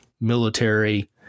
military